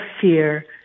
fear